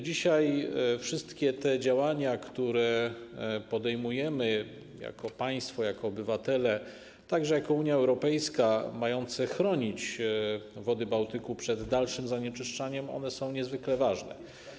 Dzisiaj wszystkie te działania, które podejmujemy jako państwo, jako obywatele, także jako Unia Europejska, mające chronić wody Bałtyku przed dalszym zanieczyszczaniem, są niezwykle ważne.